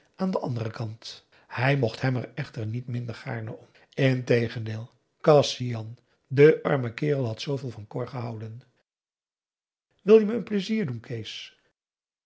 aan den anderen kant hij mocht hem er echter niet minder gaarne om integendeel kasian de arme kerel had zooveel van cor gehouden wil je me n pleizier doen